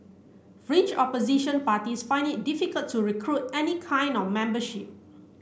fringe opposition parties find it difficult to recruit any kind of membership